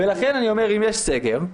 ולכן אני אומר, אם יש סגר,